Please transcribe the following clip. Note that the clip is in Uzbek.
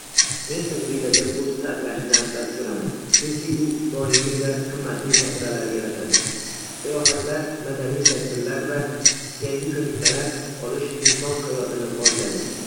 Men tajribaga pul sarflashni afzal ko'raman, chunki u doimiy va qimmatli xotiralar yaratadi. Sayohatlar, madaniy tadbirlar va yangi ko'nikmalar olish inson hayotini boyitadi.